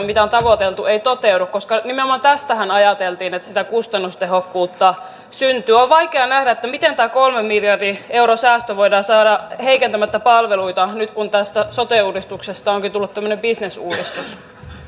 mitä on tavoiteltu ei toteudu nimenomaan tästähän ajateltiin että sitä kustannustehokkuutta syntyy on vaikea nähdä miten tämä kolmen miljardin euron säästö voidaan saada heikentämättä palveluita nyt kun tästä sote uudistuksesta onkin tullut tämmöinen bisnesuudistus